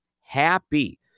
happy